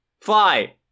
Fly